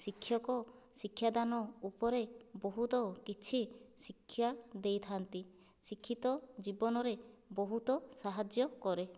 ଶିକ୍ଷକ ଶିକ୍ଷାଦାନ ଉପରେ ବହୁତ କିଛି ଶିକ୍ଷା ଦେଇଥାନ୍ତି ଶିକ୍ଷିତ ଜୀବନରେ ବହୁତ ସାହାଯ୍ୟ କରେ